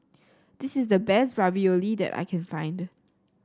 this is the best Ravioli that I can find